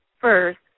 first